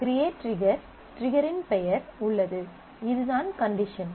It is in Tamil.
க்ரியேட் ட்ரிகர் ட்ரிகரின் பெயர் உள்ளது இதுதான் கண்டிஷன்